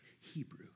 Hebrew